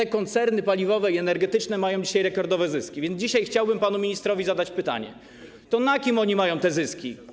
Te koncerny paliwowe i energetyczne mają dzisiaj rekordowe zyski, więc dzisiaj chciałbym panu ministrowi zadać pytanie: To na kim oni mają te zyski?